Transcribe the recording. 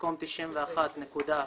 במקום "91.2%"